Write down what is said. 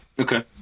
okay